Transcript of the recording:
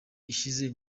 ishize